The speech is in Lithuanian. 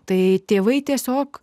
tai tėvai tiesiog